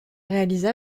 réalisa